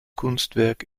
kunstwerk